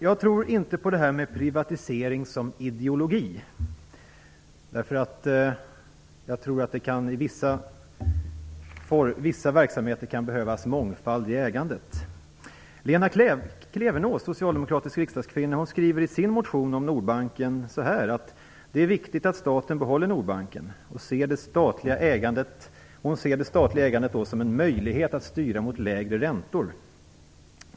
Jag tror inte på privatisering som ideologi. Jag tror att det i vissa verksamheter kan behövas mångfald i ägandet. Lena Klevenås, socialdemokratisk riksdagskvinna, skriver i sin motion om Nordbanken att det är viktigt att staten behåller Nordbanken. Hon ser det statliga ägandet som en möjlighet att styra mot lägre räntor.